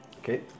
Okay